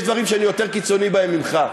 יש דברים שאני יותר קיצוני בהם ממך,